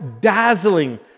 dazzling